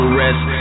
rest